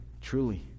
truly